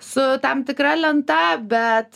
su tam tikra lenta bet